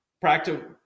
Practical